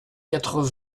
quatre